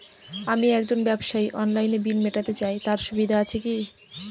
আমি একজন ব্যবসায়ী অনলাইনে বিল মিটাতে চাই তার সুবিধা আছে কি?